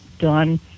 done